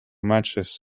matches